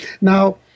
Now